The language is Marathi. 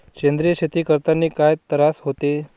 सेंद्रिय शेती करतांनी काय तरास होते?